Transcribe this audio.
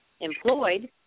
employed